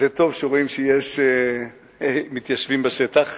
וטוב שרואים שיש מתיישבים בשטח,